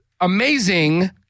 amazing